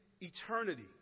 eternity